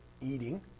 eating